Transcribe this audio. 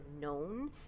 known